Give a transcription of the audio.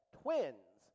twins